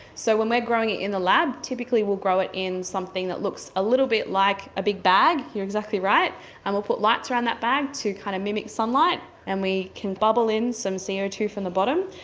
so when we are growing it in the lab, typically we will grow it in something that looks a little bit like a big bag, you're exactly right um will put lights around that bag to kind of mimic sunlight and we can bubble in some c o two from the bottom,